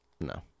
No